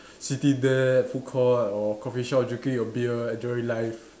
sitting there food court or coffee shop drinking your beer enjoying life